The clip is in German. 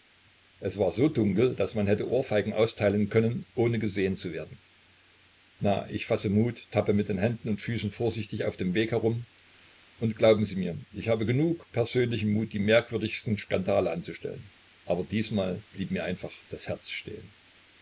es war so dunkel daß man hätte ohrfeigen austeilen können ohne gesehen zu werden na ich fasse mut tappe mit händen und füßen vorsichtig auf dem wege herum und glauben sie mir ich habe genug persönlichen mut die merkwürdigsten skandale anzustellen aber diesmal blieb mir einfach das herz stehen